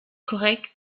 correct